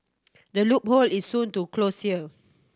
the loophole is soon to close here